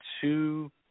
two